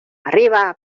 arriba